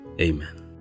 amen